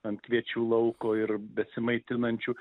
ant kviečių lauko ir besimaitinančių